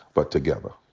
but together.